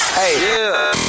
Hey